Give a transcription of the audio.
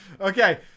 Okay